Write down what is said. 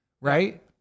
right